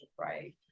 right